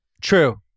True